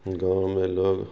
گاؤں میں لوگ